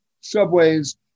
subways